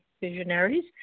visionaries